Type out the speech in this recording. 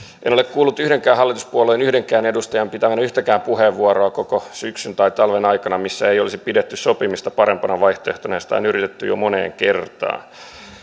en ole kuullut yhdenkään hallituspuolueen yhdenkään edustajan pitävän yhtäkään puheenvuoroa koko syksyn tai talven aikana missä ei olisi pidetty sopimista parempana vaihtoehtona ja sitä on yritetty jo moneen kertaan